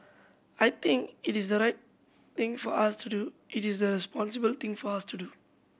I think it is the right thing for us to do it is the responsible thing for us to do